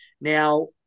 Now